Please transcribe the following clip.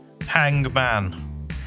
Hangman